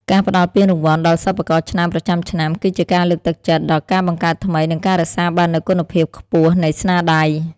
ការផ្ដល់ពានរង្វាន់ដល់សិប្បករឆ្នើមប្រចាំឆ្នាំ គឺជាការលើកទឹកចិត្តដល់ការបង្កើតថ្មី និងការរក្សាបាននូវគុណភាពខ្ពស់នៃស្នាដៃ។